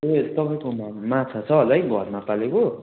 ए तपाईँकोमा माछा छ होला है घरमा पालेको